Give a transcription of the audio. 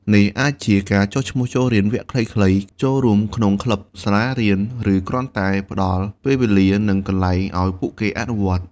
នេះអាចជាការចុះឈ្មោះចូលរៀនវគ្គខ្លីៗ ចូលរួមក្នុងក្លឹបសាលារៀន ឬគ្រាន់តែផ្តល់ពេលវេលា និងកន្លែងឲ្យពួកគេអនុវត្តន៍។